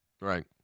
Right